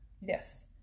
Yes